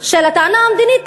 הטענה המדינית,